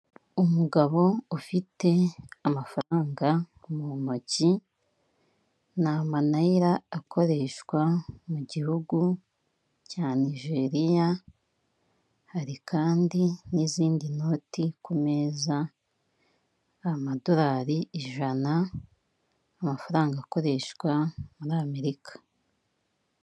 Iki ni igikoresho kifashishwa mu kuzimya umuriro igihe uteye mu buryo butunguranye gifite amabara y'umutuku impande zose, ndetse n'umunwa w'umukara, nawe nakugira inama yo kukigura ukagitunga iwawe.